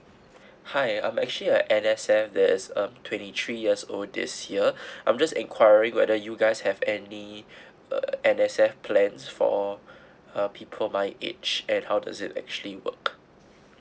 hi I'm actually a N_S_F this um twenty three years old this year I'm just inquiring whether you guys have any uh N_S_F plans for uh people my age and how does it actually work